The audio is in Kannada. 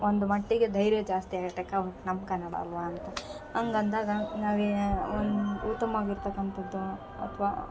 ಒಂದು ಮಟ್ಟಿಗೆ ಧೈರ್ಯ ಜಾಸ್ತಿಯಾಗುತ್ತೆ ಕಮ್ ನಮ್ಮ ಕನ್ನಡ ಅಲ್ವ ಅಂತ ಹಂಗ್ ಅಂದಾಗ ನಾವೇ ಒಂದು ಉತ್ತಮವಾಗಿರ್ತಕ್ಕಂಥದ್ದು ಅಥ್ವ